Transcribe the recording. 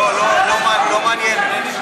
לא מעניין.